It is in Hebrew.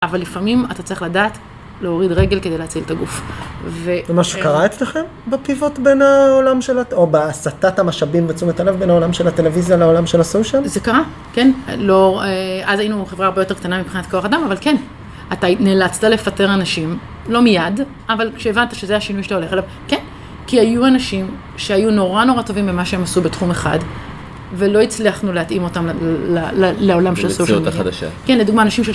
אבל לפעמים אתה צריך לדעת, להוריד רגל כדי להציל את הגוף, ו... זה מה שקרה אצלכם? בפיווט בין העולם של... או בהסתת המשאבים ותשומת הלב בין העולם של הטלוויזיה לעולם של הסושייל? זה קרה, כן, לא... אז היינו חברה הרבה יותר קטנה מבחינת כוח אדם, אבל כן, אתה נאלצת לפטר אנשים, לא מיד, אבל כשהבנת שזה השינוי שאתה הולך אליו, כן, כי היו אנשים שהיו נורא נורא טובים במה שהם עשו בתחום אחד, ולא הצלחנו להתאים אותם לעולם של הסושייל. למציאות החדשה. כן, לדוגמה, אנשים של...